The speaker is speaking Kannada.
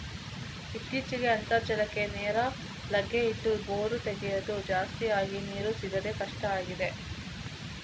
ಇತ್ತೀಚೆಗೆ ಅಂತರ್ಜಲಕ್ಕೆ ನೇರ ಲಗ್ಗೆ ಇಟ್ಟು ಬೋರು ತೆಗೆಯುದು ಜಾಸ್ತಿ ಆಗಿ ನೀರು ಸಿಗುದೇ ಕಷ್ಟ ಆಗಿದೆ